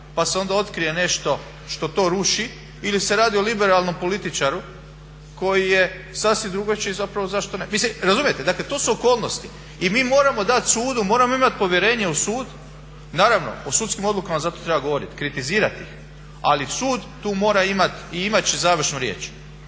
pa se onda otkrije nešto što to ruši ili se radi o liberalnom političaru koji je sasvim drugačiji, zapravo zašto ne. Mislim, razumijete? Dakle to su okolnosti i mi moramo dati sudu, moramo imati povjerenja u sud. Naravno o sudskim odlukama zato treba govoriti, kritizirat ih, ali sud tu mora imat i imat će završnu riječ.